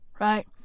right